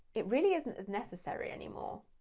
it really isn't as necessary anymore,